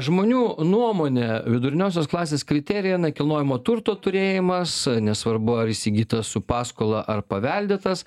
žmonių nuomone viduriniosios klasės kriterijai nekilnojamo turto turėjimas nesvarbu ar įsigytas su paskola ar paveldėtas